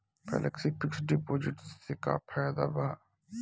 Flexi fix deposit से का फायदा भा?